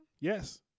yes